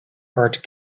heart